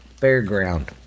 Fairground